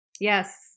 Yes